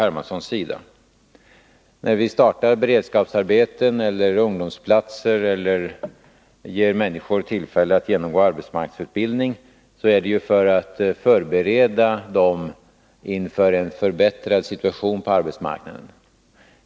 Hermanssons sida. När vi startar beredskapsarbeten eller ungdomsplatser eller ger människor tillfälle att genomgå arbetsmarknadsutbildning, är det för att förbereda dem inför en förbättrad situation på arbetsmarknaden.